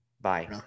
Bye